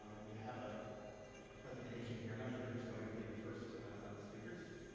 um and, we have a presentation here. i'm not sure who's going to be the first of the speakers.